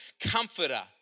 Comforter